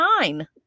nine